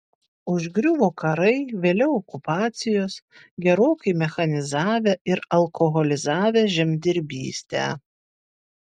užgriuvo karai vėliau okupacijos gerokai mechanizavę ir alkoholizavę žemdirbystę